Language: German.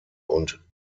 und